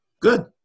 good